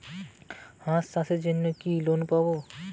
হাঁস চাষের জন্য কি লোন পাব?